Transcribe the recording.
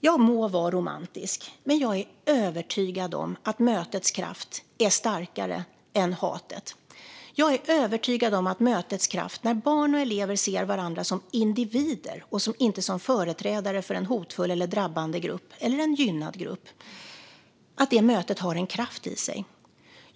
Jag må vara romantisk, men jag är övertygad om att mötets kraft är starkare än hatet. Jag är övertygad om mötets kraft när barn och elever ser varandra som individer, inte som företrädare för en hotfull, drabbande eller gynnad grupp.